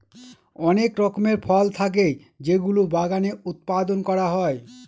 অনেক রকমের ফল থাকে যেগুলো বাগানে উৎপাদন করা হয়